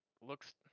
looks